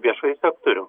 viešąjį sektorių